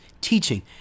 teaching